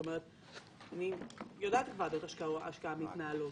אני יודעת איך ועדות השקעה מתנהלות.